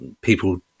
people